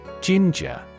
Ginger